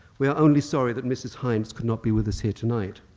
we are only sorry that mrs. heinz could not be with us here tonight.